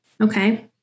okay